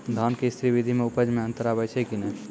धान के स्री विधि मे उपज मे अन्तर आबै छै कि नैय?